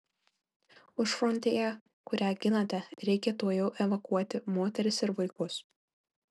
užfrontėje kurią ginate reikia tuojau evakuoti moteris ir vaikus